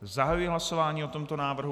Zahajuji hlasování o tomto návrhu.